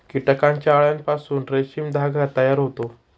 कीटकांच्या अळ्यांपासून रेशीम धागा तयार होतो